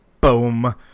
Boom